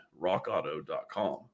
rockauto.com